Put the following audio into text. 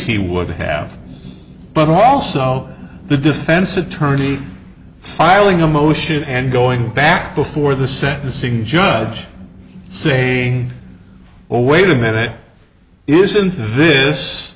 he would have but also the defense attorney filing a motion and going back before the sentencing judge saying well wait a minute isn't this